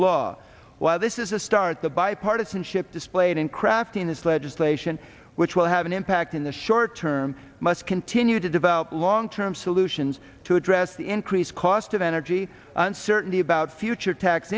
law while this is a start the bipartisanship displayed in crafting this legislation which will have an impact in the short term must continue to develop long term solutions to address the increased cost of energy uncertainty about future tax